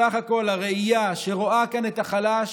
בסך הכול הראייה שרואה כאן את החלש